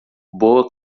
boa